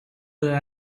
that